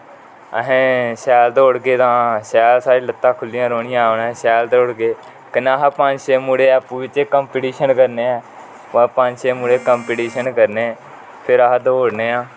आसे शैल दौडगे तां अस शैल साढ़ीं लत्ता खुल्लियांं रौहनिया अपने शैल दौडगे कन्ने अस पंज छै मुडे़ आपू बिचे कम्पीटिशन करने ऐ ते पंज छै मुडे़ कम्पीटिशन करने फिर अस दौडने हा